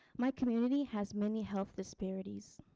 my community has many health disparities